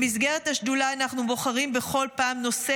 במסגרת השדולה אנחנו בוחרים בכל פעם נושא